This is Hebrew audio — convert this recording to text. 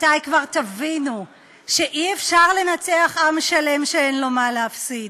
מתי כבר תבינו שאי-אפשר לנצח עם שלם שאין לו מה להפסיד?